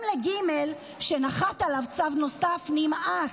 גם לג', שנחת עליו צו נוסף, נמאס.